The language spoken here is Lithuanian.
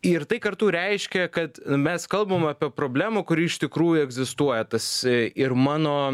ir tai kartu reiškia kad mes kalbam apie problemą kuri iš tikrųjų egzistuoja tas ir mano